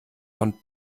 von